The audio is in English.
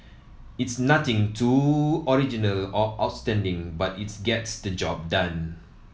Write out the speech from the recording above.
it's nothing too original or outstanding but it gets the job done